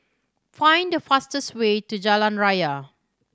find the fastest way to Jalan Raya